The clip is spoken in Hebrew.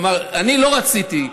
אני לא רציתי.